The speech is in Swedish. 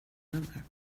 nummer